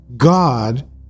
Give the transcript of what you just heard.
God